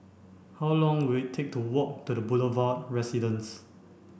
how long will it take to walk to the Boulevard Residence